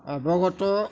অৱগত